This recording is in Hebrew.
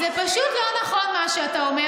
זה פשוט לא נכון מה שאתה אומר,